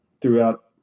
throughout